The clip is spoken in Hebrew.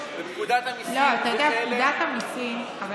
הבעיה בפקודת המיסים הם אלה שלא נכנסים לשם.